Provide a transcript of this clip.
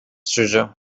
treasure